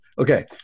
Okay